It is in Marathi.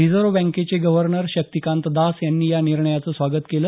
रिजर्व्ह बँकेचे गव्हर्नर शक्तिकांत दास यांनी या निर्णयाचं स्वागत केलं